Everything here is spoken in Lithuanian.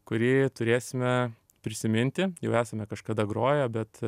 kurį turėsime prisiminti jau esame kažkada groję bet